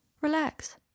Relax